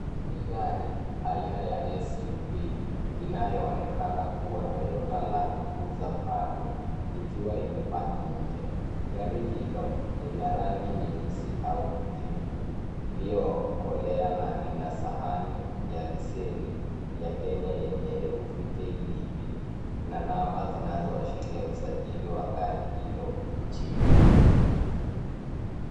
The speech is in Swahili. Ni gari aina ya SUV inayoonekana kuwa Toyota Land Cruiser Prado, ikiwa imepaki nje. Gari hilo lina rangi nyeusi au kijivu iliyokolea na lina sahani ya leseni ya Kenya yenye herufi KDB na namba zinazoashiria usajili wa gari hilo nchini.